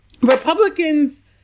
Republicans